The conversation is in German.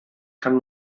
kann